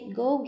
Go